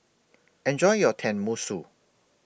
Enjoy your Tenmusu